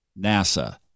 NASA